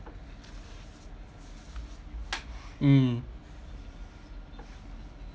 mm